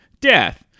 death